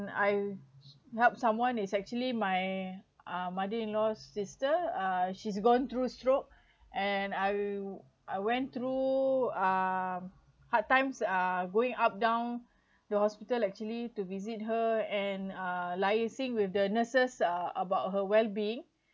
I help someone is actually my uh my mother in law’s sister uh she's going through stroke and I I went through uh hard times uh going up down the hospital actually to visit her and uh liaising with the nurses uh about her well-being